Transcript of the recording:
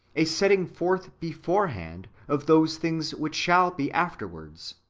a setting forth beforehand of those things which shall be afterwards.